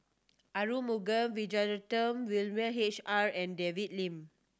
Arumugam Vijiaratnam William H R and David Lim